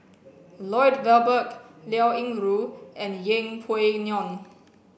Lloyd Valberg Liao Yingru and Yeng Pway Ngon